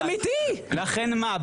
לכן מה?